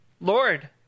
Lord